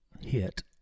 hit